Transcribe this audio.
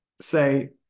say